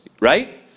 right